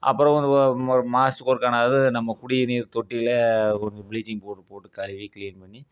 அப்புறம் மாதத்துக்கு ஒருக்கானாவது நம்ம குடிநீர் தொட்டியில் ஒரு பிளீச்சிங் பவுடரு போட்டு கழுவி கிளீன் பண்ணி